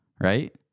right